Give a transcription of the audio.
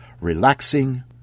relaxing